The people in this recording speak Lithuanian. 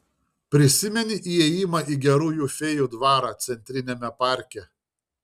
prisimeni įėjimą į gerųjų fėjų dvarą centriniame parke